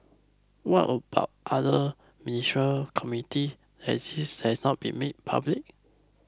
what other ministerial committee exist that has not been made public